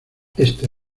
este